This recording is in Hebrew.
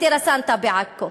"טרה סנטה" בעכו.